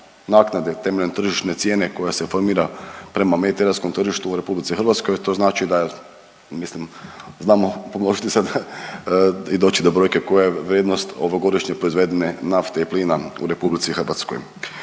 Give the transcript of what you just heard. naknade temeljem tržišne cijene koja se formira prema mediteranskom tržištu u Republici Hrvatskoj to znači da, mislim znamo pomnožiti i doći do brojke koja je vrijednost ovogodišnje proizvedene nafte i plina u RH.